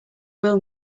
will